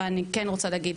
אבל אני כן רוצה להגיד.